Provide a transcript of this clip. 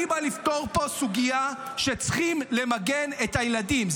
אני בא לפתור פה סוגיה, צריך למגן את הילדים.